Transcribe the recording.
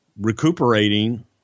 recuperating